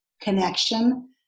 connection